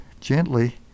gently